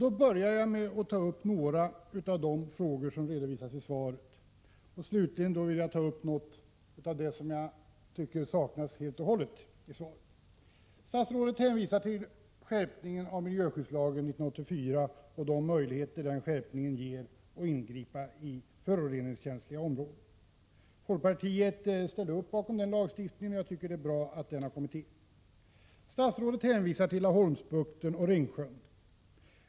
Jag börjar med att ta upp några av de frågor som redovisas i svaret. Sedan vill jag ta upp en del av det som jag tycker helt och hållet saknas i svaret. Statsrådet hänvisar till skärpningen av miljöskyddslagen 1984 och de möjligheter denna skärpning ger när det gäller att ingripa i föroreningskänsliga områden. Folkpartiet ställer upp bakom denna lagstiftning, och jag tycker att det är bra att den har kommit till. Statsrådet hänvisar till Laholmsbukten och Ringsjön.